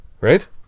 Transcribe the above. Right